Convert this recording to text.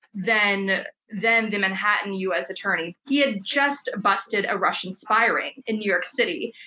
then then the manhattan us attorney, he had just busted a russian spy ring in new york city.